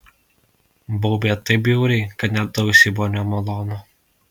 baubė taip bjauriai kad net ausiai buvo nemalonu